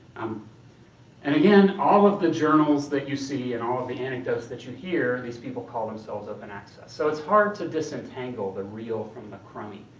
um and again, all of the journals that you see, and all of the anecdotes that you hear, these people call themselves open access. so it's hard to disentangle the real from the crummy,